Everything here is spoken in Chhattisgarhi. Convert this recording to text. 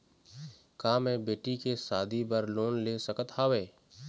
का मैं बेटी के शादी बर लोन ले सकत हावे?